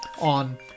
on